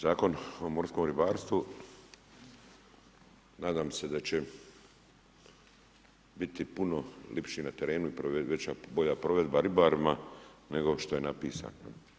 Zakon o morskom ribarstvu, nadam se da će biti puno ljepši na terenu i veća, bolja provedba ribarima nego što je napisan.